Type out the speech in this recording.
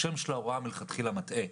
השם של ההוראה מלכתחילה מטעה.